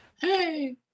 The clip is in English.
Hey